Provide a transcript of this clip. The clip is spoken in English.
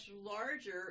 larger